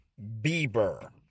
Bieber